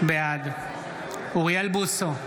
בעד אוריאל בוסו,